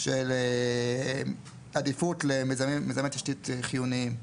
של עדיפות למיזמי תשתית חיוניים.